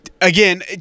Again